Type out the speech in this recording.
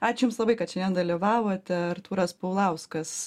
ačiū jums labai kad šiandien dalyvavote artūras paulauskas